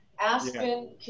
Aspen